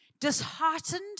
disheartened